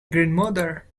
grandmother